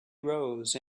rose